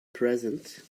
present